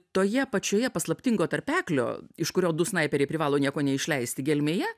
toje pačioje paslaptingo tarpeklio iš kurio du snaiperiai privalo nieko neišleisti gelmėje